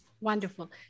Wonderful